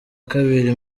kabiri